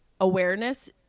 awareness